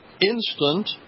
instant